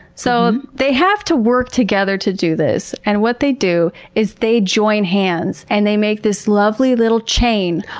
so they have to work together to do this, and what they do is they join hands and they make this lovely little chain,